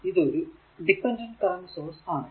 ഇത് ഒരു dependent current source ആണ്